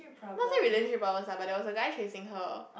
not say relationship problems ah but there was a guy chasing her